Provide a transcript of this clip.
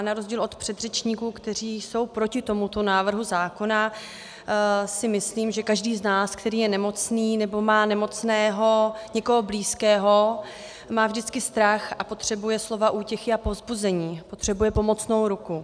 Na rozdíl od předřečníků, kteří jsou proti tomuto návrhu zákona, si myslím, že každý z nás, který je nemocný nebo má nemocného někoho blízkého, má vždycky strach a potřebuje slova útěchy a povzbuzení, potřebuje pomocnou ruku.